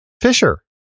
Fisher